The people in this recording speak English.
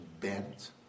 bent